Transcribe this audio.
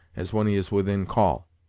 as when he is within call.